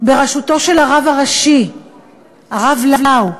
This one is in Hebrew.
בראשותו של הרב הראשי הרב לאו,